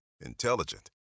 Intelligent